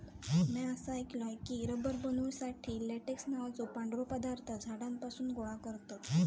म्या असा ऐकलय की, रबर बनवुसाठी लेटेक्स नावाचो पांढरो पदार्थ झाडांपासून गोळा करतत